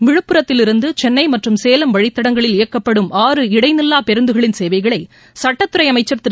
விழுப்புரத்தில் இருந்து சென்னை மற்றும் சேலம் வழித்தடங்களில் இயக்கப்படும் ஆறு இடைநில்லா பேருந்துகளின் சேவைகளை சட்டத்துறை அமைச்சா் திரு